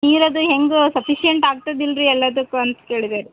ನೀರದು ಹೇಗೊ ಸಫಿಶಿಯೆಂಟ್ ಆಗ್ತದಿಲ್ಲ ರೀ ಎಲ್ಲದಕ್ಕೂ ಅಂತ ಕೇಳಿದೆ ರೀ